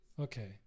Okay